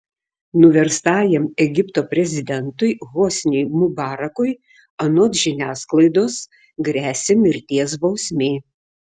nuverstajam egipto prezidentui hosniui mubarakui anot žiniasklaidos gresia mirties bausmė